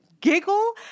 giggle